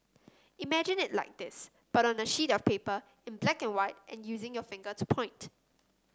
imagine it like this but on a sheet of paper in black and white and using your finger to point